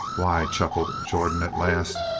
why, chuckled jordan at last,